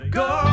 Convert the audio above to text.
go